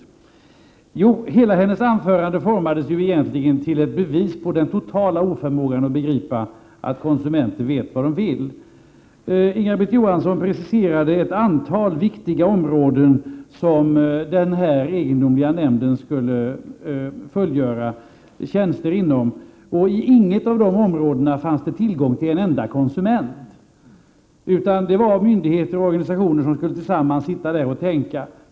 Hela Inga-Britt Johanssons anförande formade sig egentligen till ett bevis på den totala oförmågan att begripa att konsumenter vet vad de vill. Hon preciserade ett antal viktiga områden som den här egendomliga nämnden skulle fullgöra tjänster inom. Det fanns inte tillgång till en enda konsument på något av dessa områden, utan det var myndigheter och organisationer som tillsammans skulle sitta där och tänka.